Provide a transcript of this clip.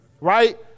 Right